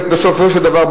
ובסופו של דבר,